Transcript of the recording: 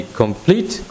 complete